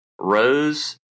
Rose